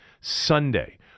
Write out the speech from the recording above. Sunday